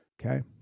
okay